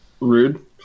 Rude